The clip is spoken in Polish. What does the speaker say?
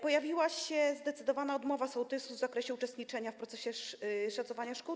Pojawiła się zdecydowana odmowa sołtysów w zakresie uczestniczenia w procesie szacowania szkód.